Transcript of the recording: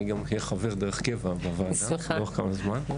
אני גם חבר דרך קבע בוועדה לאורך כמה זמן.